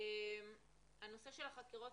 בנושא של החקירות